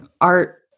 art